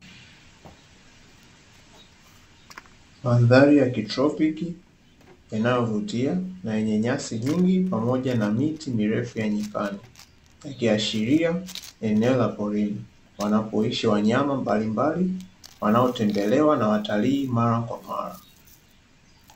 Mandhari ya kitropiki inayovutia na yenye nyasi nyingi pamoja na miti mirefu ya nyikani, ikiashiria eneo la porini wanapoishi wanyama mbalimbali wanaotembelewa na watalii mara kwa mara.